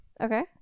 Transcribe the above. Okay